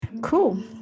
cool